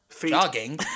jogging